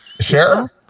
sure